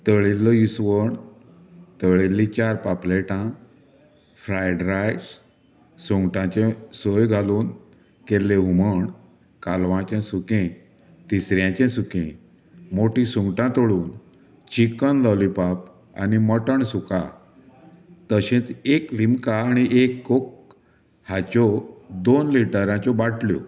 तळिल्लो विसवण तळिल्लीं चार पापलेटां फ्रायड रायस सुंगटांचें सय घालून केल्लें हुमण कालवांचें सुकें तिसऱ्यांचें सुकें मोटी सुंगटां तळून चिक्कन लॉलिपॉप आनी मटन सुखा तशेंच एक लिमका आनी एक कोक हांच्यो दोन लिटराच्यो बाटल्यो